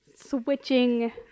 switching